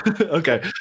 Okay